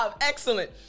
Excellent